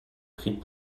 prit